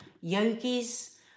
yogis